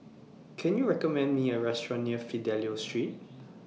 Can YOU recommend Me A Restaurant near Fidelio Street